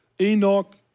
Enoch